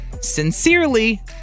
Sincerely